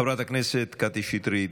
חברת הכנסת קטי שטרית.